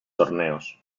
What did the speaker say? torneos